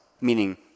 meaning